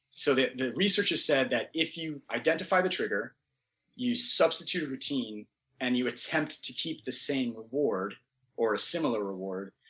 so that the research has said that if you identify the trigger you substitute routine and you attempt to keep the same reward or similar reward,